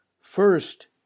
First